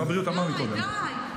די.